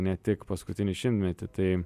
ne tik paskutinį šimtmetį tai